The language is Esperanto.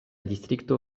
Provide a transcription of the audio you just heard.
distrikto